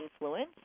influence